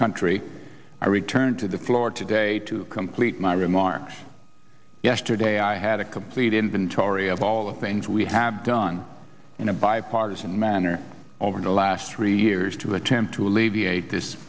country i return to the floor today to complete my remarks yesterday i had a complete inventory of all the things we have done in a bipartisan manner over the last three years to attempt to alleviate this